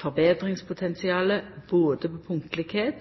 forbetringspotensial både på